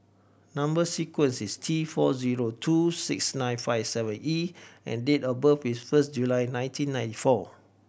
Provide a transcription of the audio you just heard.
number sequence is T four zero two six nine five seven E and date of birth is first July nineteen ninety four